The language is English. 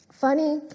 Funny